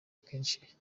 akenshi